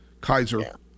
Kaiser